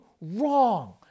wrong